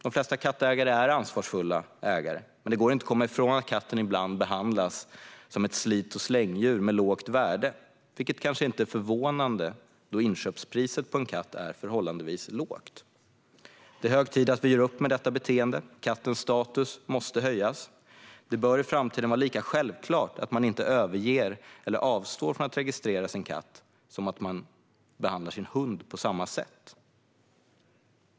De flesta kattägare är ansvarsfulla, men det går inte att komma ifrån att katten ibland behandlas som ett slit-och-släng-djur med lågt värde. Det är kanske inte förvånande, då inköpspriset på en katt är förhållandevis lågt. Det är hög tid att vi gör upp med detta beteende. Kattens status måste höjas. Det bör i framtiden vara lika självklart att man inte överger eller avstår från att registrera sin katt som att man inte gör det med sin hund.